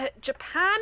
Japan